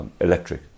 Electric